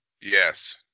Yes